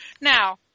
Now